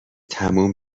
تموم